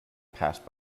passed